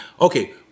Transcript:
Okay